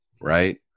right